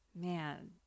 man